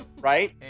right